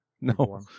No